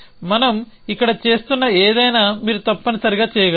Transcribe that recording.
మనం ఇక్కడ చేస్తున్న ఏదైనా మీరు తప్పనిసరిగా చేయగలరు